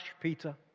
Peter